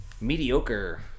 mediocre